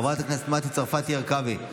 חברת הכנסת מיכל מרים וולדיגר,